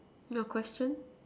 your question